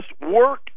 work